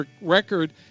record